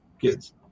kids